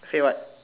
say what